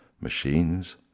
machines